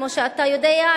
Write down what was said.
כמו שאתה יודע,